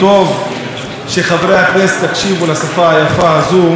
טוב שחברי הכנסת יקשיבו לשפה היפה הזאת.